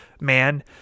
man